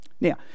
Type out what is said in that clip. Now